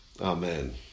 Amen